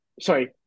sorry